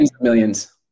millions